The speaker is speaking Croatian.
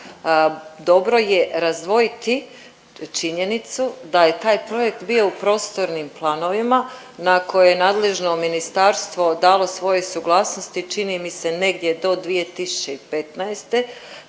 dobro je razdvojiti činjenicu da je taj projekt bio u prostornim planovima na koje je nadležno ministarstvo dalo svoje suglasnosti, čini mi se negdje do 2015.,